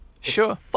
Sure